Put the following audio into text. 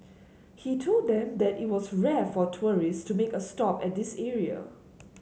he told them that it was rare for tourists to make a stop at this area